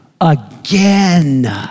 again